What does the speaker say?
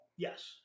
Yes